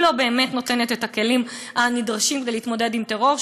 היא לא באמת נותנת את הכלים הנדרשים כדי להתמודד עם טרור,